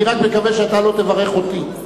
אני רק מקווה שאתה לא תברך אותי.